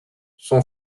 son